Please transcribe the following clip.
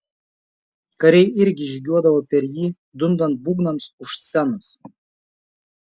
kariai irgi įžygiuodavo per jį dundant būgnams už scenos